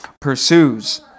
pursues